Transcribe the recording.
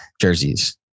jerseys